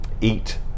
Eat